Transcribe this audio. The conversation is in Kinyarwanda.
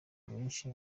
benshi